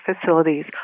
facilities